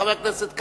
חבר הכנסת כץ,